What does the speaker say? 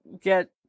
get